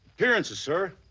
here, and so sir.